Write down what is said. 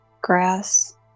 grass